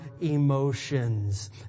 emotions